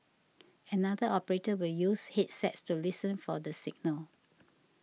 another operator will use headsets to listen for the signal